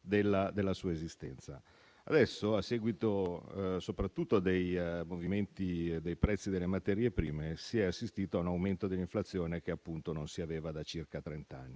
della sua esistenza. Adesso, soprattutto a seguito dei movimenti dei prezzi delle materie prime, si è assistito a un aumento dell'inflazione che non si registrava da circa trenta anni.